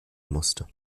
musste